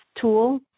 tool